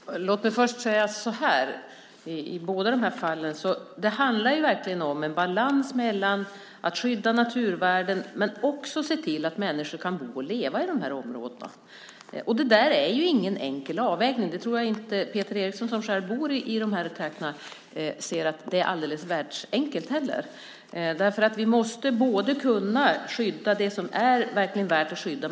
Herr talman! Låt mig först säga att det i båda fallen handlar om en balans mellan att skydda naturvärden och att se till att människor kan bo och leva i områdena. Det är ingen enkel avvägning. Jag tror inte heller att Peter Eriksson, som själv bor i de trakterna, tycker att det är alldeles världsenkelt. Vi måste kunna skydda det som verkligen är värt att skydda.